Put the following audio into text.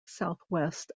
southwest